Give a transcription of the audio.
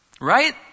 right